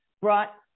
brought